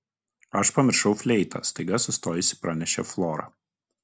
aš pamiršau fleitą staiga sustojusi pranešė flora